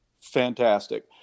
Fantastic